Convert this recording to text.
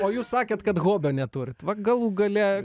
o jūs sakėt kad hobio neturit va galų gale